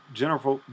general